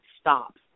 stops